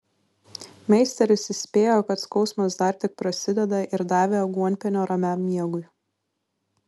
meisteris įspėjo kad skausmas dar tik prasideda ir davė aguonpienio ramiam miegui